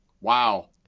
Wow